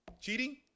Cheating